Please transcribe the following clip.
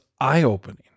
eye-opening